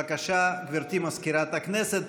בבקשה, גברתי מזכירת הכנסת.